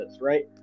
right